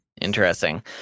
Interesting